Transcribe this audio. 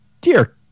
dear